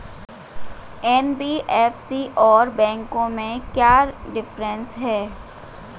NBFC और बैंकों में क्या डिफरेंस है?